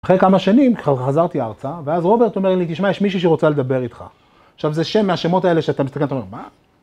אחרי כמה שנים חזרתי הארצה ואז רוברט אומר לי תשמע יש מישהי שרוצה לדבר איתך. עכשיו זה שם מהשמות האלה שאתה מסתכל אתה אומר מה?